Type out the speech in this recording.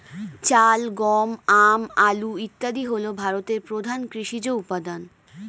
চাল, গম, আম, আলু ইত্যাদি হল ভারতের প্রধান কৃষিজ উপাদান